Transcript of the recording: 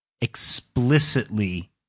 explicitly